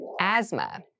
asthma